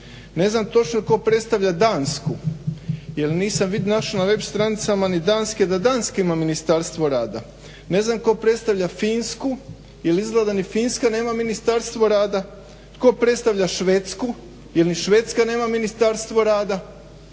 Ne znam točno tko predstavlja Dansku, jer nisam našao na web stranicama ni Danske da Danska ima Ministarstvo rada. Ne znam tko predstavlja Finsku, jer izgleda ni Finska nema Ministarstvo rada. Tko predstavlja Švedsku, jer ni Švedska nema Ministarstvo rada.